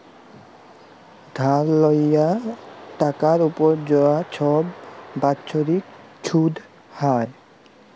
ধার লিয়ে টাকার উপর যা ছব বাচ্ছরিক ছুধ হ্যয়